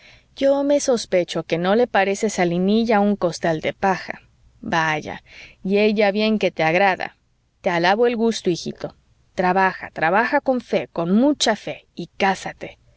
ojuelos vivarachos yo me sospecho que no le pareces a linilla un costal de paja vaya y ella bien que te agrada te alabo el gusto hijito trabaja trabaja con fe con mucha fe y cásate si